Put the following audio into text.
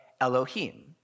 Elohim